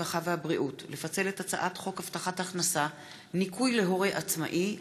הרווחה והבריאות לפצל את הצעת חוק הבטחת הכנסה (ניכוי להורה עצמאי,